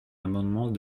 amendement